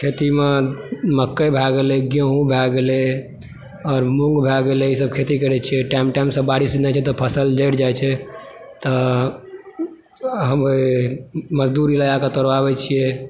खेती मे मक्कइ भय गेलै गेहूॅं भय गेलै आओर मूर भय गेलै ई सब खेती करै छियै टाइम टाइम पर बारिश नहि होइ छै तऽ फसल जरि जाइ छै तऽ हम मजदूर लऽ जायकऽ तोड़बाबै छियै